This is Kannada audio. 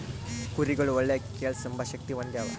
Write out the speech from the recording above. ಕುರಿಗುಳು ಒಳ್ಳೆ ಕೇಳ್ಸೆಂಬ ಶಕ್ತಿ ಹೊಂದ್ಯಾವ